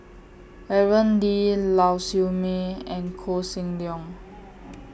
Aaron Lee Lau Siew Mei and Koh Seng Leong